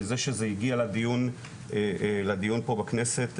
וזה שזה הגיע לדיון פה בכנסת,